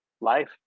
life